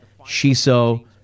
shiso